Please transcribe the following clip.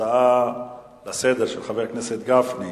ההצעה לסדר-היום של חבר הכנסת גפני,